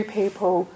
people